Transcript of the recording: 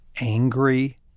angry